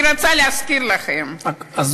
אני רוצה להזכיר לכם שהיה לנו חוק,